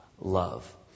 love